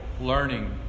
learning